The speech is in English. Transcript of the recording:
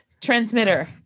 Transmitter